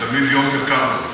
זה תמיד יום יקר.